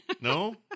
No